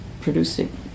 producing